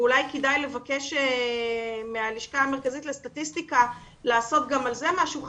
ואולי כדאי לבקש מהלשכה המרכזית לסטטיסטיקה לעשות גם על זה משהו חדש,